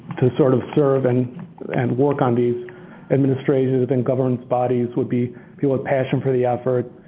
to sort of serve and and work on these administrative and governance bodies would be people with passion for the effort,